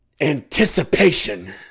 anticipation